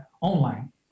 online